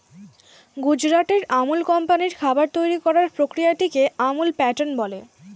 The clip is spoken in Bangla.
গুজরাটের আমুল কোম্পানির খাবার তৈরি করার প্রক্রিয়াটিকে আমুল প্যাটার্ন বলে